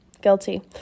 guilty